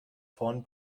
vorn